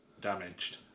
damaged